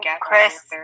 Chris